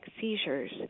seizures